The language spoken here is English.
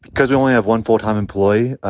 because we only have one full-time employee,